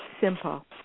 simple